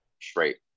straight